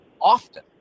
often